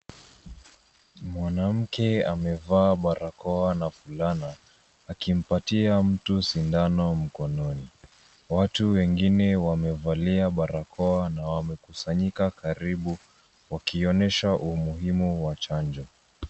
Mwanamke amevaa barakoa na fulana akimpatia mtu sindano mkononi. Watu wengine wamevalia barakoa na wamekusanyika karibu wakionyesha umuhimu wa chanjo.